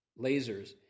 lasers